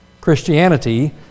Christianity